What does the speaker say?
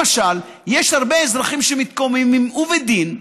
למשל, יש הרבה אזרחים שמתקוממים, ובדין,